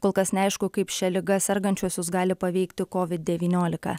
kol kas neaišku kaip šia liga sergančiuosius gali paveikti covid devyniolika